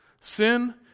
Sin